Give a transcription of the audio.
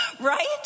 Right